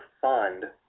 fund